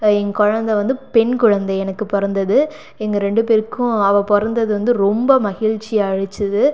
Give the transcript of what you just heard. என் குழந்த வந்து பெண் குழந்தை எனக்கு பிறந்தது எங்கள் ரெண்டு பேருக்கும் அவள் பிறந்தது வந்து ரொம்ப மகிழ்ச்சியை அழிச்சுது